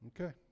okay